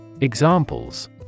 Examples